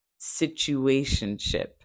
situationship